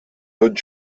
tot